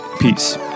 Peace